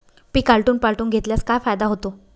पीक आलटून पालटून घेतल्यास काय फायदा होतो?